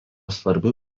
svarbiu